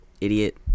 idiot